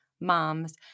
moms